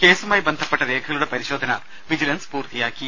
കേസുമായി ബന്ധപ്പെട്ട രേഖകളുടെ പരിശോധന വിജിലൻസ് പൂർത്തിയാക്കി